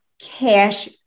cash